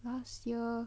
last year